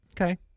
Okay